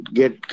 get